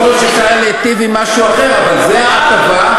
יכול שאפשר היה להיטיב עם משהו אחר, אבל זו הטבה.